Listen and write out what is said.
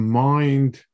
mind